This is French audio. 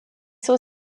sont